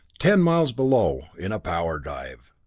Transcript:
ten miles below, in a power dive.